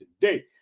today